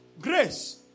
grace